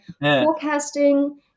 forecasting